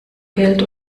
geld